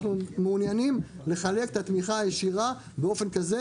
אנחנו מעוניינים לחלק את התמיכה הישירה באופן כזה,